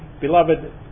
beloved